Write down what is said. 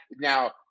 now